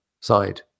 side